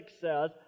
says